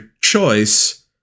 choice